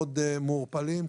מאוד-מאוד מעורפלים.